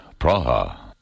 Praha